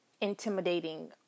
intimidating